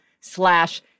slash